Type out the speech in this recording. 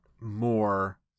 more